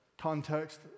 context